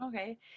okay